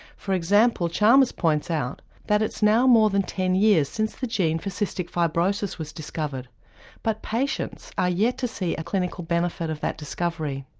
for example chalmers points out that it's now more than ten years since the gene for cystic fibrosis was discovered but patients are yet to see a clinical benefit of that discovery.